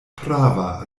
prava